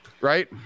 right